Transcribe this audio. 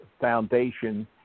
foundation